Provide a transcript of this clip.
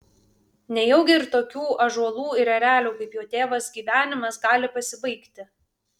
nejaugi ir tokių ąžuolų ir erelių kaip jo tėvas gyvenimas gali pasibaigti